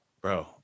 bro